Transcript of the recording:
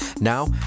Now